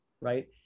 right